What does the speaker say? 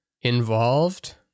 Involved